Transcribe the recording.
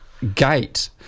gate